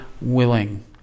willing